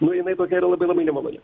nu jinai tokia yra labai labai nemaloni